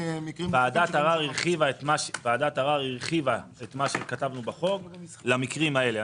ועדת ערר הרחיבה את מה שכתבנו בחוק למקרים האלה.